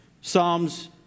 Psalms